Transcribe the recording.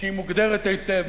שהיא מוגדרת היטב.